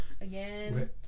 Again